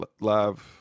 live